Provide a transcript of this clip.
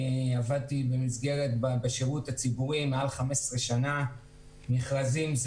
אני עבדתי בשירות הציבורי מעל 15 שנים ויודע שמכרזים זה